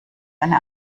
eine